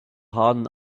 hardin